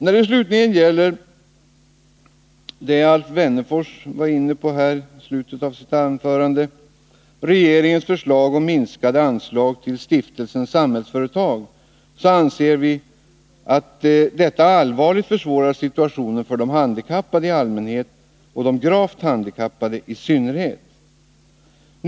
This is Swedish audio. När det slutligen gäller det som Alf Wennerfors var inne på i slutet av sitt anförande, nämligen regeringens förslag om minskade anslag till Stiftelsen Samhällsföretag, anser vi att detta förslag allvarligt försvårar situationen för de handikappade i allmänhet och de gravt handikappade i synnerhet.